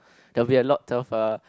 there'll be a lot of uh